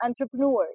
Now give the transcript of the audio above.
entrepreneurs